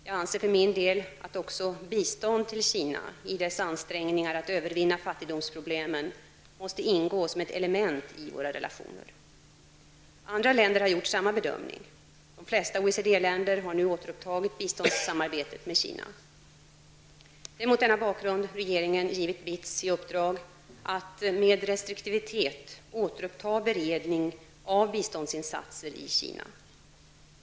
Jag anser för min del att också bistånd till Kina i dess ansträngningar att övervinna fattigdomsproblemen måste ingå som ett element i våra relationer. Andra länder har gjort samma bedömning. De flesta OECD-länder har nu återupptagit biståndssamarbetet med Kina. Det är mot denna bakgrund regeringen givit BITS i uppdrag att med restriktivitet återuppta beredning av biståndsinsatser i Kina.